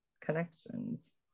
connections